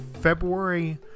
February